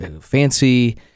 fancy